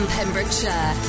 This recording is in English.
Pembrokeshire